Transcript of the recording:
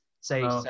say